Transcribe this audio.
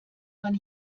man